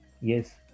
yes